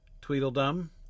Tweedledum